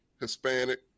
Hispanic